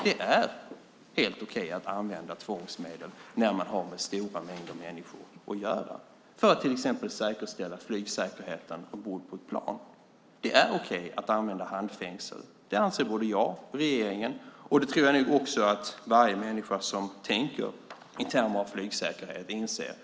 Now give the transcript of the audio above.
Det är helt okej att använda tvångsmedel när man har med stora mängder människor att göra för att till exempel säkerställa flygsäkerheten ombord på ett plan. Det är okej att använda handfängsel. Det anser både jag och regeringen, och jag tror att också varje människa som tänker i termer av flygsäkerhet inser det.